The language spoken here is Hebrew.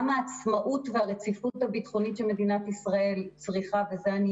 גם העצמאות והרציפות הביטחונית שמדינת ישראל צריכה ואת זה אני